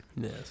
Yes